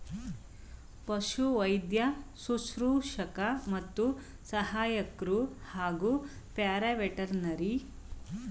ಪಶುವೈದ್ಯ ಶುಶ್ರೂಷಕ ಮತ್ತು ಸಹಾಯಕ್ರು ಹಾಗೂ ಪ್ಯಾರಾವೆಟರ್ನರಿ ಕೆಲಸಗಾರರು ಒಟ್ಟಿಗೆ ಸಹಾಯ ಮಾಡ್ತರೆ